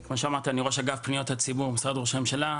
אני ראש אגף פניות הציבור במשרד ראש הממשלה.